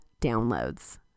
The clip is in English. downloads